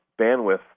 bandwidth